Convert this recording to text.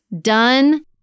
done